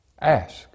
Ask